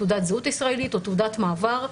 תעודת זהות ישראלית או תעודת מעבר,